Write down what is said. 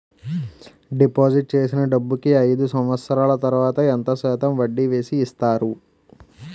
Deposit చేసిన డబ్బుకి అయిదు సంవత్సరాల తర్వాత ఎంత శాతం వడ్డీ వేసి ఇస్తారు?